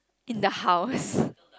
in the house